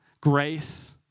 grace